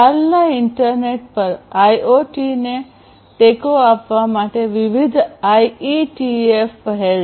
હાલના ઇન્ટરનેટ પર આઇઓટીને ટેકો આપવા માટે વિવિધ આઇઇટીએફ પહેલ છે